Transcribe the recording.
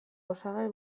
osagai